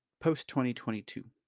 post-2022